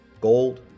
gold